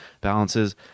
balances